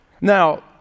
Now